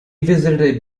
visited